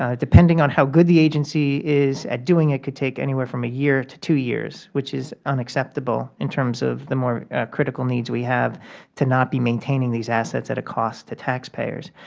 ah depending on how good the agency is at doing it, could take anywhere from a year to two years, which is unacceptable in terms of the more critical needs we have to not be maintaining these assets at a cost to taxpayers.